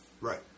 Right